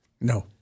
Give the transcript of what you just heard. No